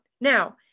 now